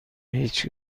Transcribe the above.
هیچ